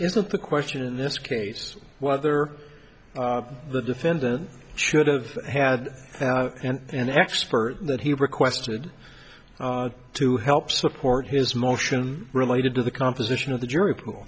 isn't the question in this case whether the defendant should have had an expert that he requested to help support his motion related to the composition of the jury pool